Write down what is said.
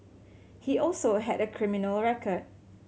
he also had a criminal record